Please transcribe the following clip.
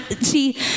see